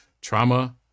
trauma